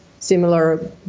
similar